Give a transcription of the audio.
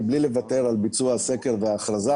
לוותר על ביצוע הסקר וההכרזה.